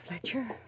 Fletcher